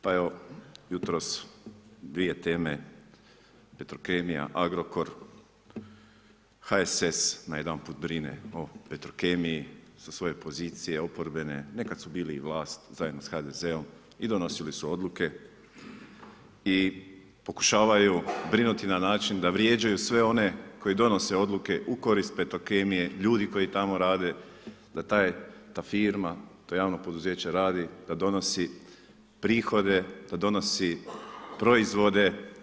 Pa evo, jutros, 2 teme, petrokemija, Agrokor, HSS najedanput brine o petrokemiji, sa svoje pozicije, oporbene, nekad su bili i vlast zajedno sa HDZ-om i donosili su odluke i pokušavaju brinuti na način, da vrijeđaju sve one koji donose odluke u korist petrokemije, ljudi koji tamo radi, da ta, ta firma, to javno poduzeće radi, da donosi prihode, da donosi proizvode.